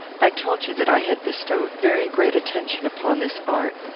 i told you that i had bestowed very great attention upon this art.